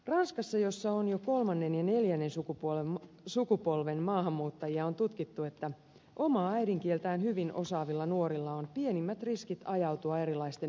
ranskassa missä on jo kolmannen ja neljännen sukupolven maahanmuuttajia on tutkittu että omaa äidinkieltään hyvin osaavilla nuorilla on pienimmät riskit ajautua erilaisten ääriliikkeiden toimintaan